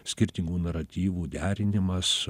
skirtingų naratyvų derinimas